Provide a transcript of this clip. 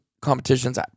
competitions